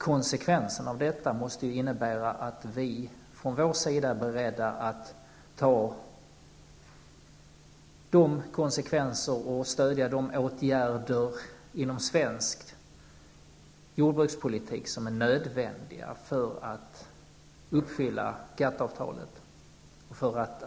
Konsekvensen av detta måste innebära att vi i Sverige är beredda att ta de konsekvenser och stödja de åtgärder inom svensk jordbrukspolitik som är nödvändiga för att uppfylla GATT-avtalet.